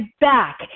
back